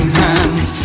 hands